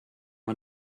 man